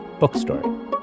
Bookstory